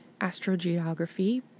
astrogeography